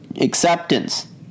acceptance